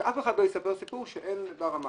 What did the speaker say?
שאף אחד לא יספר סיפור שאין עובדים.